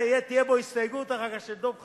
תהיה בו הסתייגות אחר כך של דב חנין,